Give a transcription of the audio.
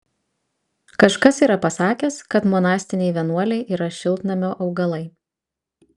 kažkas yra pasakęs kad monastiniai vienuoliai yra šiltnamio augalai